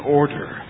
order